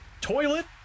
Toilet